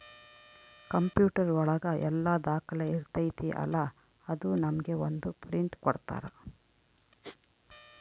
computer ಒಳಗ ಎಲ್ಲ ದಾಖಲೆ ಇರ್ತೈತಿ ಅಲಾ ಅದು ನಮ್ಗೆ ಒಂದ್ ಪ್ರಿಂಟ್ ಕೊಡ್ತಾರ